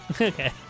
Okay